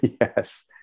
yes